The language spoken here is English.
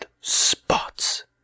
spots